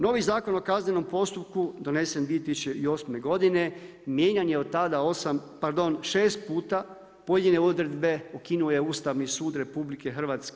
Novi Zakon o kaznenom postupku donesen 2008. godine mijenjan je od tada 6 puta, pojedine odredbe ukinuo je Ustavni sud RH.